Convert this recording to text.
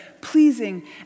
pleasing